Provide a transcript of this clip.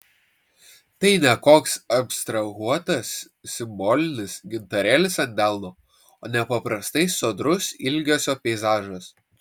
tai ne koks abstrahuotas simbolinis gintarėlis ant delno o nepaprastai sodrus ilgesio peizažas